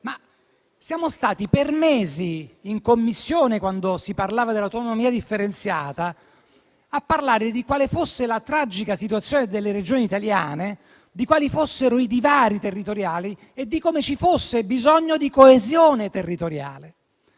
Siamo stati per mesi in Commissione, quando si trattava l'autonomia differenziata, a parlare di quanto tragica fosse la situazione delle Regioni italiane, di quali fossero i divari territoriali e di come ci fosse bisogno di coesione territoriale.